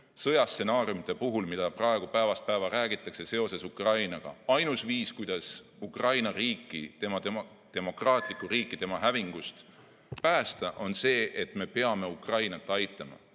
sõjastsenaariumide puhul, millest praegu päevast päeva räägitakse seoses Ukrainaga, on ainus viis, kuidas Ukraina riiki, demokraatlikku riiki hävingust päästa, see, et me peame Ukrainat aitama